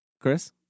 Chris